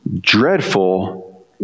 dreadful